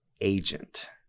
agent